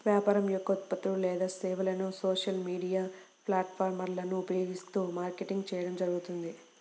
వ్యాపారం యొక్క ఉత్పత్తులు లేదా సేవలను సోషల్ మీడియా ప్లాట్ఫారమ్లను ఉపయోగిస్తూ మార్కెటింగ్ చేయడం జరుగుతుంది